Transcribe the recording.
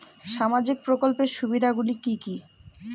সামাজিক প্রকল্পের সুবিধাগুলি কি কি?